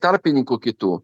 tarpininkų kitų